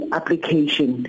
Application